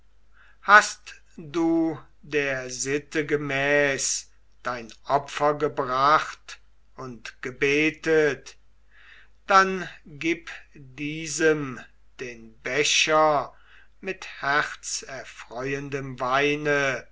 hast du der sitte gemäß dein opfer gebracht und gebetet dann gib diesem den becher mit herzerfreuendem weine